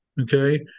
okay